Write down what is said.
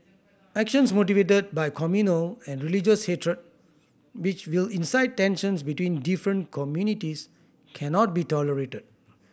actions motivated by communal and religious hatred which will incite tensions between different communities cannot be tolerated